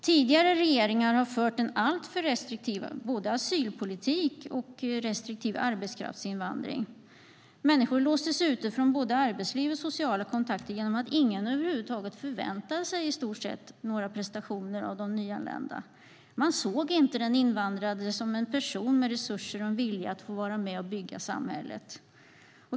Tidigare regeringar har fört en alltför restriktiv asylpolitik och företrätt en restriktiv arbetskraftsinvandring. Människor låstes ute från både arbetsliv och sociala kontakter genom att i stort sett ingen över huvud taget förväntade sig några prestationer av de nyanlända. Man såg inte den invandrade som en person med resurser och en vilja att få vara med och bygga samhället.